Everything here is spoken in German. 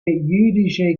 jüdische